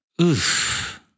Oof